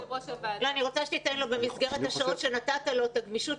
אני רוצה שתיתן לו במסגרת השעות שנתת לו את הגמישות.